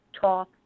talk